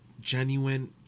genuine